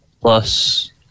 Plus